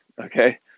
okay